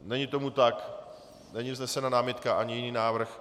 Není tomu tak, není vznesena námitka ani jiný návrh.